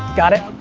got it?